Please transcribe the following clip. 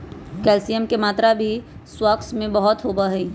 calcium के मात्रा भी स्क्वाश में बहुत होबा हई